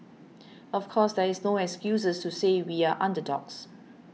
of course there is no excuses to say we are underdogs